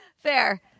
Fair